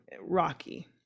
Rocky